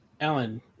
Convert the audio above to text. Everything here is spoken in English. Alan